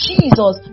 Jesus